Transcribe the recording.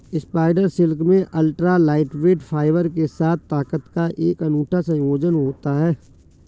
spider silk में ultra lightweight fibre के साथ ताकत का एक अनूठा संयोजन होता है